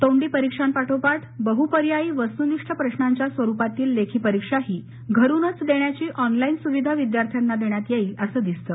तोंडी परीक्षांपाठोपाठ बहपर्यायी वस्तूनिष्ठ प्रश्नांच्या स्वरुपातील लेखी परीक्षाही घरून देण्याची ऑनलाईन सुविधा विद्यार्थ्यांना देण्यात येईल असं दिसतं